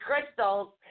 crystals